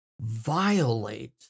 violate